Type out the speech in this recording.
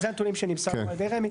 זה הנתונים שנמסר לנו על ידי רמ"י,